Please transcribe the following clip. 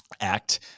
Act